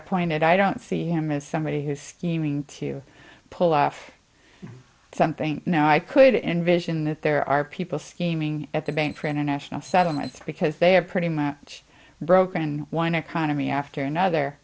appointed i don't see him as somebody who's steaming to pull off something now i could envision that there are people screaming at the bank for international settlements because they have pretty much broken wine economy after another